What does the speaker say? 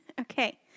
Okay